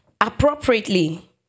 appropriately